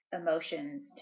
emotions